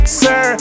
sir